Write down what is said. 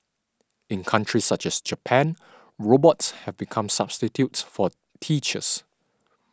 in countries such as Japan robots have become substitutes for teachers